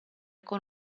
con